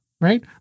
right